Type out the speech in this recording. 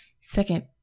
second